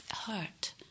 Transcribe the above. hurt